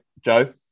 Joe